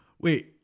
Wait